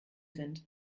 sind